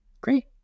Great